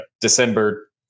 December